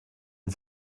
den